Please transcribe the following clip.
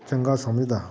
ਚੰਗਾ ਸਮਝਦਾ ਹਾਂ